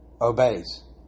obeys